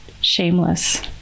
shameless